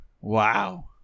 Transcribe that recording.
wow